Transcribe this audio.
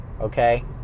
Okay